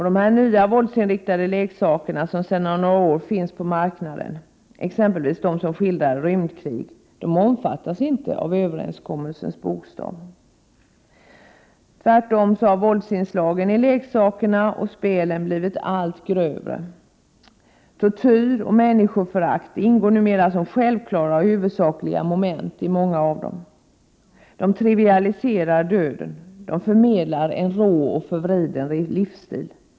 De här nya, våldsinriktade leksakerna, som sedan några år finns på marknaden, exempelvis de som skildrar rymdkrig, omfattas inte av överenskommelsens bokstav. Tvärtom har våldsinslagen i leksakerna och spelen blivit allt grövre. Tortyr och människoförakt ingår som självklara och huvudsakliga moment i många av dem. De trivialiserar döden. De förmedlar en rå och förvriden livsstil.